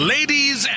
Ladies